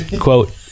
quote